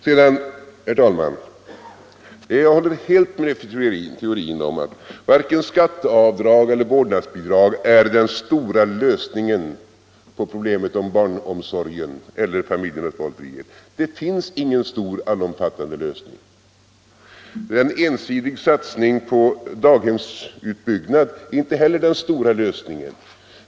Sedan, herr talman, håller jag helt med fru Theorin om att varken skatteavdrag eller vårdnadsbidrag är den stora lösningen på problemet om barnomsorgen eller familjernas valfrihet. Det finns ingen stor allomfattande lösning. En ensidig satsning på daghemsutbyggnad är icke heller den stora lösningen.